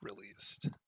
released